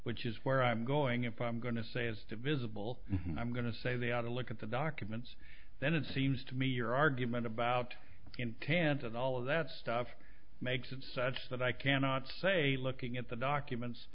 which is where i'm going if i'm going to say is divisible i'm going to say they ought to look at the documents then it seems to me your argument about intent and all of that stuff makes it such that i cannot say looking at the documents